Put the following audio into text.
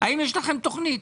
האם יש לכם תוכנית?